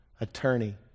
attorney